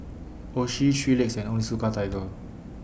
Oishi three Legs and Onitsuka Tiger